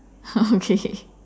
okay